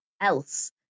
else